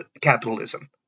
capitalism